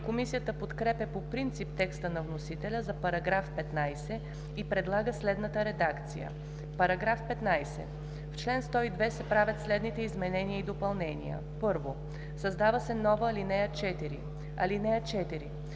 Комисията подкрепя по принцип текста на вносителя за § 15 и предлага следната редакция: „§ 15. В чл. 102 се правят следните изменения и допълнения: 1. Създава се нова ал. 4: „(4)